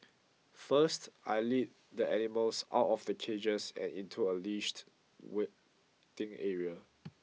first I lead the animals out of the cages and into a leashed waiting area